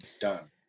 done